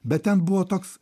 bet ten buvo toks